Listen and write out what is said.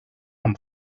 amb